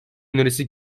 önerisi